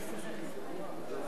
לדיון מוקדם בוועדת החינוך,